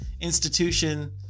institution